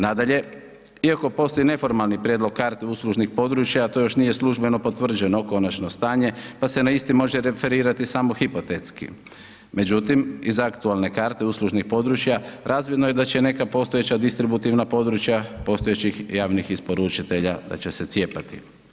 Nadalje, iako postoji neformalni prijedlog CARD uslužnih područja to još nije službeno potvrđeno konačno stanje pa se na isti može referirati samo hipotetski, međutim iz aktualne karte uslužnih područja razvidno je da će neka postojeća distributivna područja postojećih javnih isporučitelja da će se cijepati.